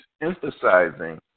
emphasizing